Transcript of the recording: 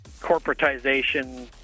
corporatization